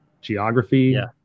geography